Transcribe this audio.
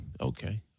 Okay